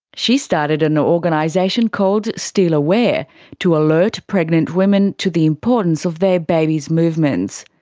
she started an organisation called still aware to alert pregnant women to the importance of their baby's movements.